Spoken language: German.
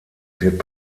wird